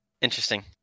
Interesting